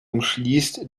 umschließt